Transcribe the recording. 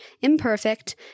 imperfect